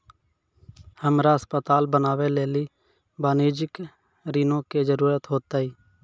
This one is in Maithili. हमरा अस्पताल बनाबै लेली वाणिज्यिक ऋणो के जरूरत होतै